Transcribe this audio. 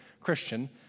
Christian